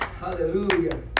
Hallelujah